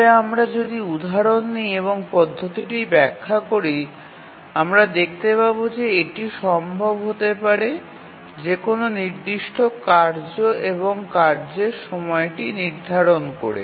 তবে আমরা যদি উদাহরণ নিই এবং পদ্ধতিটি ব্যাখ্যা করি আমরা দেখতে পাব যে এটি সম্ভব হতে পারে যে কোনও নির্দিষ্ট কার্য এবং কার্যের সময়টি নির্ধারণ করে